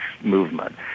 movement